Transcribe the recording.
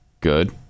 good